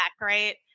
right